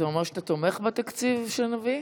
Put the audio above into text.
זה אומר שאתה תומך בתקציב שנביא?